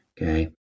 Okay